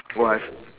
!wah! I